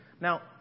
Now